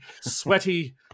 sweaty